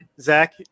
Zach